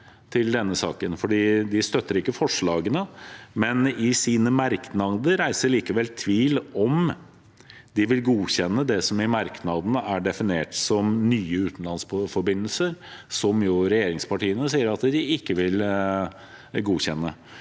De støtter ikke forslagene, men i sine merknader reiser de likevel tvil om de vil godkjenne det som er definert som «nye mellomlandsforbindelser», som regjeringspartiene sier at de ikke vil godkjenne.